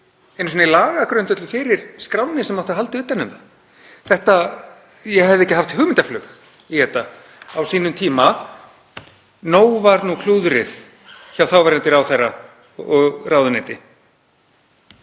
einu sinni lagagrundvöllur fyrir skránni sem átti að halda utan um það. Ég hefði ekki haft hugmyndaflug í þetta á sínum tíma. Nóg var nú klúðrið hjá þáverandi ráðherra og ráðuneyti.